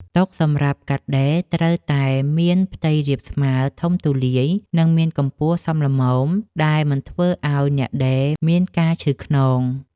តុសម្រាប់កាត់ដេរត្រូវតែមានផ្ទៃរាបស្មើធំទូលាយ និងមានកម្ពស់សមល្មមដែលមិនធ្វើឱ្យអ្នកដេរមានការឈឺខ្នង។